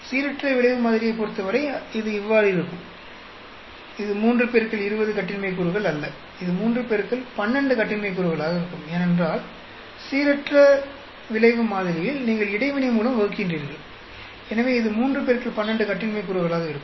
சீரற்ற விளைவு மாதிரியைப் பொறுத்தவரை இது இவ்வாறு இருக்கும் அது 3 X 20 கட்டின்மை கூறுகள் அல்ல அது 3 X 12 கட்டின்மை கூறுகளாக இருக்கும் ஏனென்றால் சீரற்ற விளைவு மாதிரியில் நீங்கள் இடைவினை மூலம் வகுக்கின்றீர்கள் எனவே இது 3 X 12 கட்டின்மை கூறுகளாக இருக்கும்